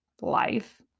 life